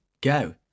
go